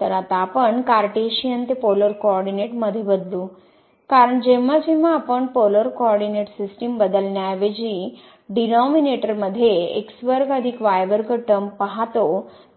तर आता आपण कार्टेशियन ते पोलर कोऑरडीनेट मध्ये बदलू कारण जेव्हा जेव्हा आपण पोलर कोऑरडीनेट सिस्टीम बदलण्याऐवजी डिनोमिनेटरमध्ये टर्म पाहतो